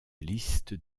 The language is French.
liste